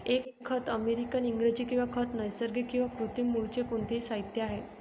एक खत अमेरिकन इंग्रजी किंवा खत नैसर्गिक किंवा कृत्रिम मूळचे कोणतेही साहित्य आहे